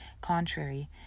contrary